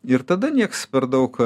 ir tada nieks per daug